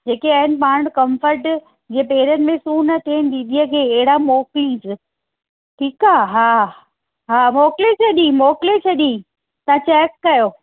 जेके आहिनि पाण वटि कंफर्ट जीअं पैरनि में सूर न थियनि दीदीअ जे अहिड़ा मोकिलस ठीकु आहे हा हा मोकिले छॾी मोकिले छॾी तव्हां चैक कयो